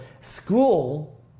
school